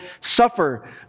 suffer